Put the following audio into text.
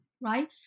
right